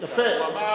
יפה.